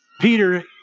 Peter